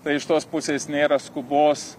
tai iš tos pusės nėra skubos